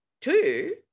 two